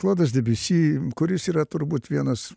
klodas debiusi kuris yra turbūt vienas